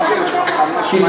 על מה אתה מדבר עכשיו?